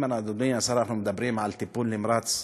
אם, אדוני השר, אנחנו מדברים על טיפול נמרץ,